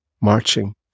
marching